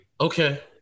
Okay